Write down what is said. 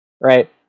right